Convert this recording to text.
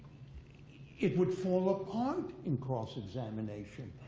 it would fall apart in cross-examination.